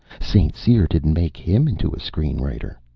st. cyr didn't make him into a screen-writer.